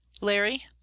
Larry—